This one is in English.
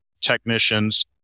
technicians